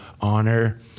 honor